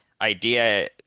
idea